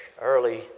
early